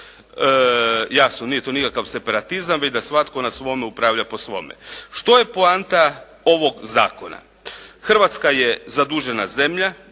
Jasno, nije to nikakav separatizam već da svatko na svome upravlja po svome. Što je poanta ovog zakona? Hrvatska je zadužena zemlja,